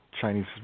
Chinese